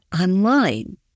online